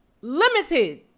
limited